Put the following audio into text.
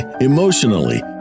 emotionally